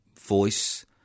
voice